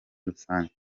rusange